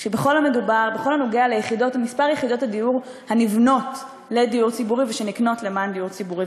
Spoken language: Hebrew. בכל הקשור למספר היחידות הנבנות לדיור ציבורי והנקנות למען דיור ציבורי.